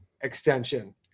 extension